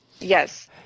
Yes